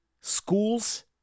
schools